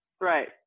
Right